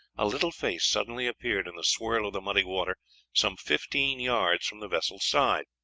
a little face suddenly appeared in the swirl of the muddy water some fifteen yards from the vessel's side.